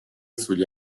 sugli